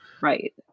Right